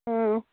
ꯎꯝ